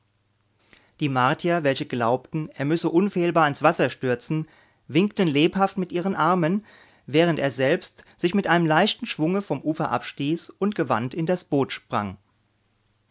die martier welche glaubten er müsse unfehlbar ins wasser stürzen winkten lebhaft mit ihren armen während er selbst sich mit einem leichten schwunge vom ufer abstieß und gewandt in das boot sprang